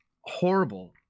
horrible